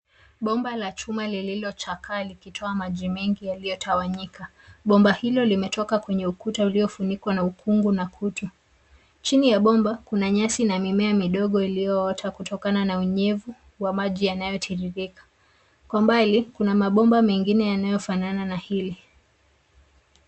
Bomba la chuma lililo chakaa likitoa maji mengi yaliyotawanyika. Bomba hilo limetoka kwenye ukuta uliofunikwa na ukungu na kutu. Chini ya bomba kuna nyasi na mimea midogo iliyoota kutokana na unyevu wa maji yanayo tiririka kwa umbali kuna mabomba mengine yanayofanana na hili.